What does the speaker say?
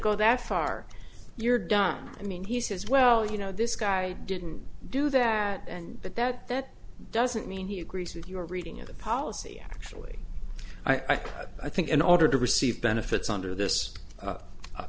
go that far you're done i mean he says well you know this guy didn't do that and that that that doesn't mean he agrees with your reading of the policy actually i think in order to receive benefits under this